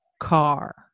car